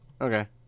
Okay